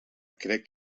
crec